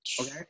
okay